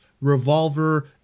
Revolver